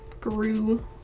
grew